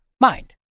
mind